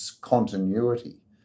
continuity